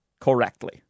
correctly